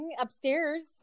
upstairs